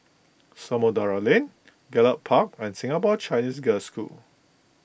Samudera Lane Gallop Park and Singapore Chinese Girls' School